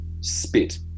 Spit